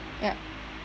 ya